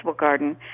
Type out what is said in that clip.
garden